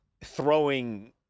throwing